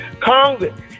Congress